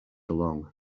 along